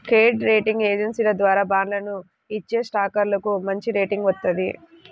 credit rating ఏజెన్సీల ద్వారా బాండ్లను ఇచ్చేస్టాక్లకు మంచిరేటింగ్ వత్తది